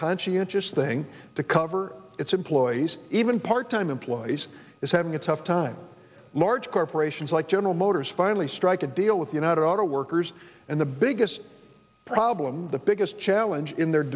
conscientious thing to cover its employees even part time employees is having a tough time large corporations like general motors finally strike a deal with united auto workers and the biggest problem the biggest challenge in their